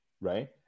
right